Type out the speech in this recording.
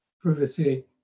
privacy